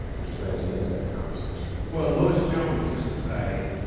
he transcends that conversation. well, lois jones used to say,